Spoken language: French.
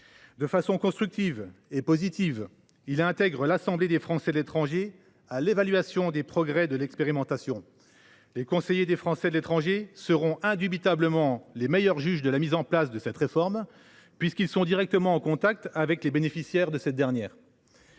De façon constructive et positive, il intègre l’AFE à l’évaluation des progrès de l’expérimentation. Les conseillers des Français de l’étranger seront indubitablement les meilleurs juges de la mise en place de cette réforme puisqu’ils sont directement en contact avec les bénéficiaires de cette dernière.